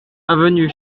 avenue